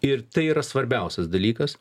ir tai yra svarbiausias dalykas